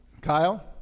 Kyle